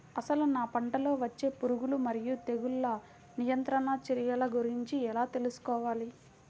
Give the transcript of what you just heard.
అసలు నా పంటలో వచ్చే పురుగులు మరియు తెగులుల నియంత్రణ చర్యల గురించి ఎలా తెలుసుకోవాలి?